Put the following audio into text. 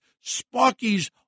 Sparky's